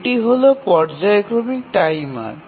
এটি হল পর্যায়ক্রমিক টাইমার